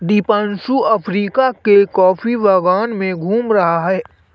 Deepanshu Africa के coffee बागान में घूम रहा है